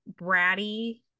bratty